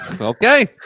Okay